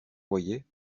voyait